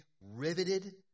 riveted